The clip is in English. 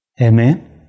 Amen